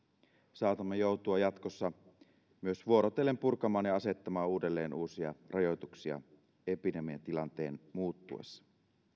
saatamme joutua jatkossa myös vuorotellen purkamaan ja asettamaan uudelleen uusia rajoituksia epidemiatilanteen muuttuessa